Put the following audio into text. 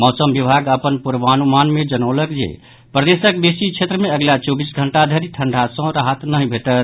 मौसम विभाग अपन पूर्वानुमान मे जनौलक जे प्रदेशक बेसी क्षेत्र मे अगिला चौबीस घंटा धरि ठंढा सँ राहत नहि भेटत